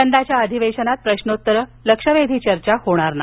यंदाच्या अधिवेशनात प्रश्नोत्तरे लक्षवेधी चर्चा होणार नाही